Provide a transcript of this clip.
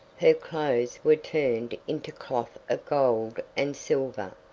her clothes were turned into cloth of gold and silver,